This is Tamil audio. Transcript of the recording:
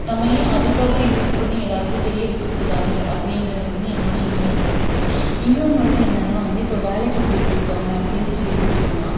நம்ம ஏன் அதுக்காக யூஸ் பண்ணி எல்லோருக்கும் தெரிய வைக்கக் கூடாது அப்படிங்கறது வந்து என்னோடய இன்னொரு கருத்து இன்னொன்று வந்து என்னென்ன வந்து இப்போ வேலைக்கு போய்ட்டு இருக்கிறவங்க அப்படினு சொல்லி எடுத்துகிட்டோன்னா